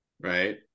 right